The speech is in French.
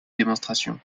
démonstration